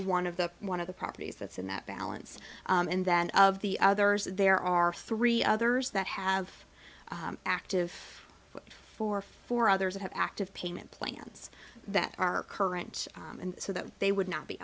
one of the one of the properties that's in that balance and then of the others there are three others that have active for four others that have active payment plans that are current and so that they would not be